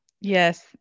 Yes